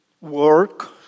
work